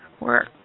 work